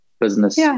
business